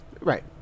right